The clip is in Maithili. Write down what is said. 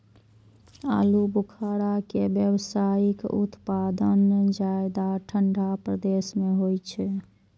आलू बुखारा के व्यावसायिक उत्पादन ज्यादा ठंढा प्रदेश मे होइ छै